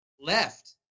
left